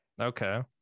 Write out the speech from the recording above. Okay